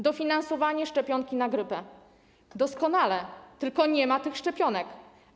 Dofinansowanie szczepionki na grypę - doskonale, tylko nie ma tych szczepionek.